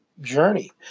journey